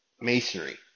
Masonry